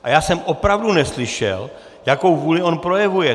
A já jsem opravdu neslyšel, jakou vůli on projevuje.